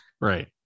Right